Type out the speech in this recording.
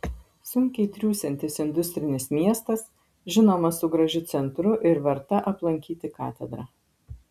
sunkiai triūsiantis industrinis miestas žinoma su gražiu centru ir verta aplankyti katedra